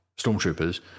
stormtroopers